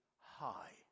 high